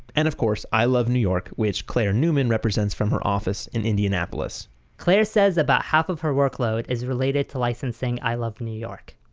and of course, i love new york, which clare neumann represents from her office in indianapolis claire says about half of her workload is related to licensing i love new york.